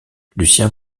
lucien